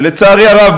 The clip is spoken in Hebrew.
ולצערי הרב,